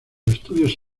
estudios